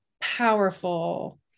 powerful